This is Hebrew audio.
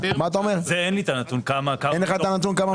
לי הנתון,